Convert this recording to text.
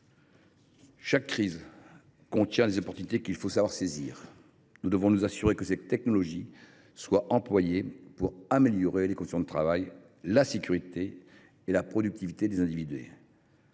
Chaque crise contient des opportunités qu’il faut savoir saisir. Nous devons nous assurer que cette technologie est employée pour améliorer les conditions de travail, la sécurité et la productivité des individus.